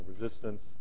resistance